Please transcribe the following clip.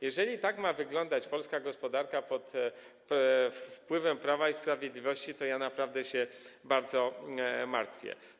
Jeżeli tak ma wyglądać polska gospodarka pod wpływem Prawa i Sprawiedliwości, to ja się naprawdę bardzo martwię.